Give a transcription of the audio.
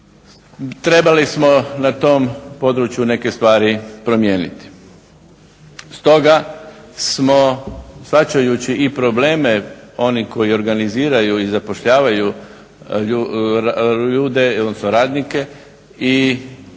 Trebali smo na tom području neke stvari promijeniti. Stoga smo shvaćajući i probleme onih koji organiziraju i zapošljavaju radnike i